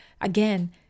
again